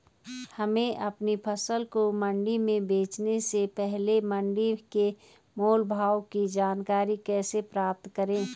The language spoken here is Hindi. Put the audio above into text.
हमें अपनी फसल को मंडी में बेचने से पहले मंडी के मोल भाव की जानकारी कैसे पता करें?